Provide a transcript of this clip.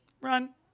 Run